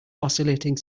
oscillating